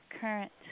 current